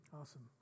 Awesome